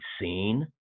seen